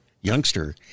youngster